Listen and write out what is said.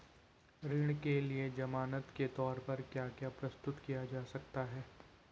ऋण के लिए ज़मानात के तोर पर क्या क्या प्रस्तुत किया जा सकता है?